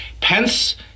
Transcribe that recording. Pence